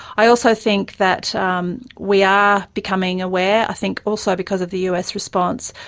i also think that um we are becoming aware, i think also because of the us response,